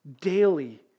daily